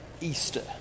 Easter